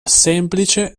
semplice